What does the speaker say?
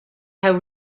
how